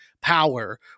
power